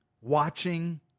watching